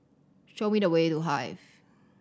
show me the way to The Hive